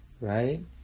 right